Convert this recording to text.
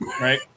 right